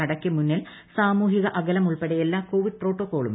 കടയ്ക്ക് മുന്നിൽ സാമൂഹിക അകലം ഉൾപ്പെട്ട് എല്ലാ കോവിഡ് പ്രോട്ടോക്കോളും പാലിക്കണം